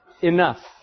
enough